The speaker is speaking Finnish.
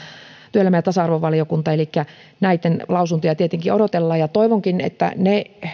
työelämä ja tasa arvovaliokunta elikkä näitten lausuntoja tietenkin odotellaan toivonkin että ne